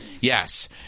Yes